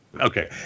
Okay